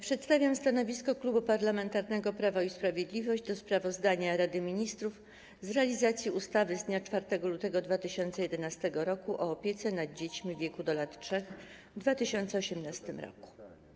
Przedstawiam stanowisko Klubu Parlamentarnego Prawo i Sprawiedliwość dotyczące sprawozdania Rady Ministrów z realizacji ustawy z dnia 4 lutego 2011 r. o opiece nad dziećmi w wieku do lat 3 w 2018 r.